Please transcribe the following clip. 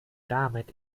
damit